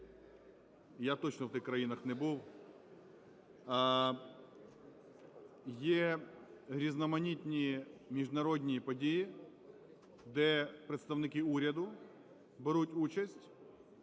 Я точно в тих країнах не був. Є різноманітні міжнародні події, де представники уряду беруть участь,